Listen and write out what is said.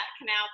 canal